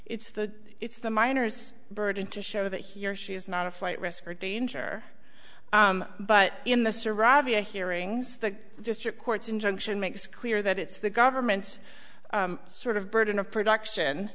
it's the it's the miners burden to show that he or she is not a flight risk or danger but in the serratia hearings the district courts injunction makes clear that it's the government's sort of burden of production